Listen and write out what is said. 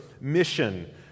mission